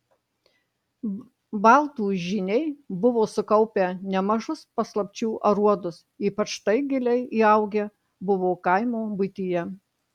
baltų žyniai buvo sukaupę nemažus paslapčių aruodus ypač tai giliai įaugę buvo kaimo buityje